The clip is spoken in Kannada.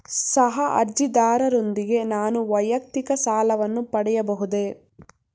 ಸಹ ಅರ್ಜಿದಾರರೊಂದಿಗೆ ನಾನು ವೈಯಕ್ತಿಕ ಸಾಲವನ್ನು ಪಡೆಯಬಹುದೇ?